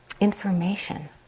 information